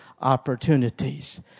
opportunities